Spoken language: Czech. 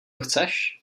chceš